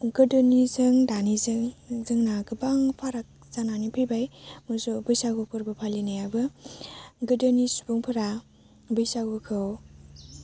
गोदोनिजों दानिजों जोंना गोबां फाराग जानानै फैबाय ज' बैसागु फोरबो फालिनायाबो गोदोनि सुबुंफोरा बैसागुखौ